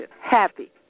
Happy